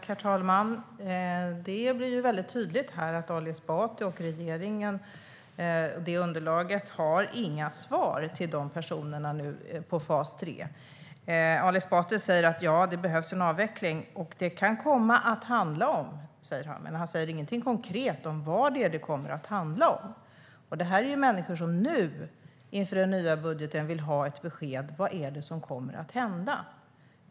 Herr talman! Det är tydligt att Ali Esbati och regeringen inte har några svar till personerna i fas 3. Ali Esbati talar om att det behövs en avveckling och vad det kan komma att handla om, men han säger inget konkret om vad det faktiskt kommer att handla om. Men dessa människor vill ha ett besked nu, inför den nya budgeten, om vad som kommer att hända.